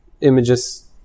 images